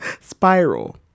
spiral